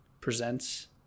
presents